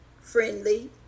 friendly